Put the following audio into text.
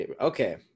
Okay